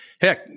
Heck